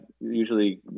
usually